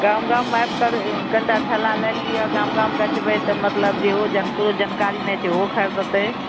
गाम गाममे आबिके कनिटा ठेला लै लिअ गाम गाम बेचबै तऽ मतलब जेहो जेकरो जानकारी नहि छै ओहो खरिदतै